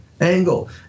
angle